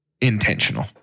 intentional